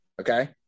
okay